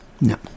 No